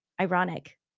ironic